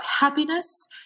happiness